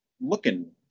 looking